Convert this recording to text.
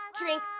drink